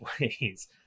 ways